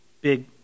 big